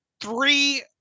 three